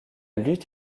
lutte